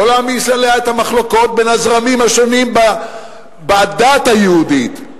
לא להעמיס עליה את המחלוקות בין הזרמים השונים בדת היהודית,